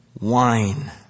wine